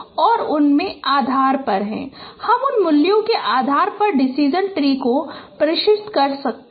और फिर उनके आधार पर हम उन मूल्यों के आधार पर डिसिजन ट्री को प्रशिक्षित कर सकते हैं